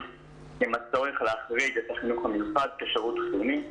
עם הצורך להחריג את החינוך המיוחד כשירות חיוני.